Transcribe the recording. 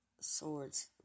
swords